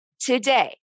today